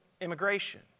immigration